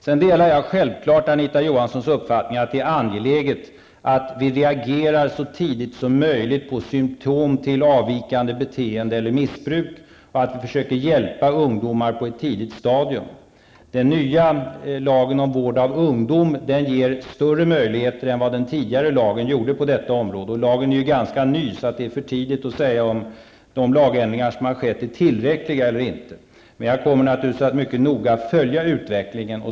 Sedan delar jag självfallet Anita Johanssons uppfattning att det är angeläget att vi reagerar så tidigt som möjligt på symtom till avvikande beteende eller missbruk, för att försöka hjälpa ungdomar på ett tidigt stadium. Den nya lagen om vård av ungdom ger större möjligheter än den tidigare lagen gjorde på detta område. Lagen är ganska ny, varför det är för tidigt att säga om de lagändringar som har skett är tillräckliga eller inte. Men jag kommer naturligtvis att mycket noga följa utvecklingen.